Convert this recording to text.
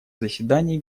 заседании